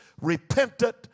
repentant